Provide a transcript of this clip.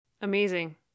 Amazing